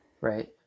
right